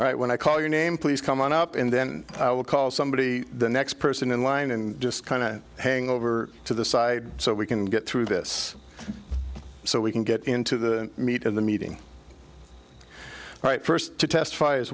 right when i call your name please come on up and then i will call somebody the next person in line and just kind of hang over to the side so we can get through this so we can get into the meat of the meeting right first to testify